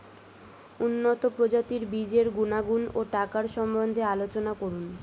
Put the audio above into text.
উন্নত প্রজাতির বীজের গুণাগুণ ও টাকার সম্বন্ধে আলোচনা করুন